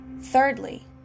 Thirdly